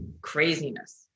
craziness